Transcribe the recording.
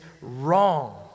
wrong